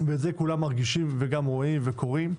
וזה כולם מרגישים ורואים וקוראים,